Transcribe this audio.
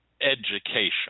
education